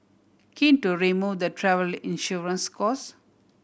keen to remove the travelly insurance costs